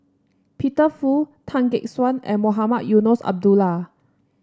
Peter Fu Tan Gek Suan and Mohamed Eunos Abdullah